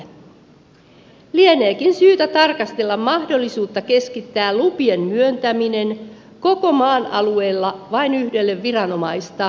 lieneekin syytä tarkastella mahdollisuutta keskittää lupien myöntäminen koko maan alueella vain yhdelle viranomaistaholle